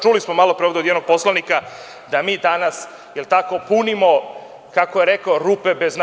Čuli smo malopre ovde od jednog poslanika da mi danas, da li je tako, punimo, kako je rekao, rupe bez dna.